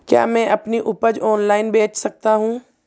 क्या मैं अपनी उपज ऑनलाइन बेच सकता हूँ?